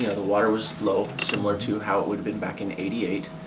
the water was low similar to how it would've been back in eighty eight.